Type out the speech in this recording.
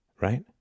Right